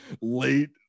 late